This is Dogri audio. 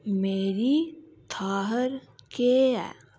मेरी थाह्र केह् ऐ